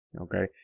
okay